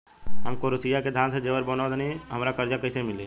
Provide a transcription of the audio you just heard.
हम क्रोशिया के धागा से जेवर बनावेनी और हमरा कर्जा कइसे मिली?